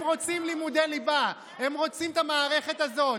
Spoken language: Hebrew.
הם רוצים לימודי ליבה, הם רוצים את המערכת הזאת.